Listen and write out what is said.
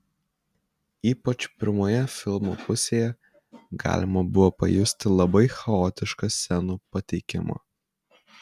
ypač pirmoje filmo pusėje galima buvo pajusti labai chaotišką scenų pateikimą